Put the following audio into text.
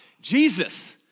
Jesus